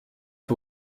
for